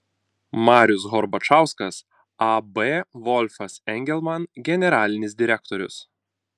marius horbačauskas ab volfas engelman generalinis direktorius